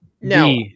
No